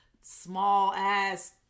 small-ass